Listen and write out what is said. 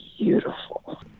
beautiful